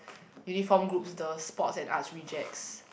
uniform groups the sports and arts rejects